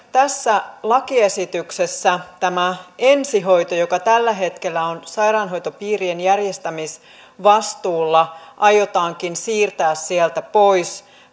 tässä lakiesityksessä tämä ensihoito joka tällä hetkellä on sairaanhoitopiirien järjestämisvastuulla aiotaankin siirtää sieltä pois